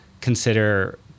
consider